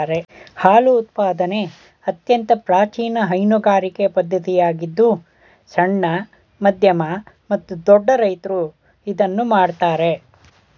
ಹಾಲು ಉತ್ಪಾದನೆ ಅತ್ಯಂತ ಪ್ರಾಚೀನ ಹೈನುಗಾರಿಕೆ ಪದ್ಧತಿಯಾಗಿದ್ದು ಸಣ್ಣ, ಮಧ್ಯಮ ಮತ್ತು ದೊಡ್ಡ ರೈತ್ರು ಇದನ್ನು ಮಾಡ್ತರೆ